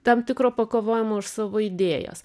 tam tikro pakovojimo už savo idėjas